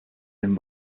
dem